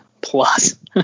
plus